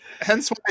Hence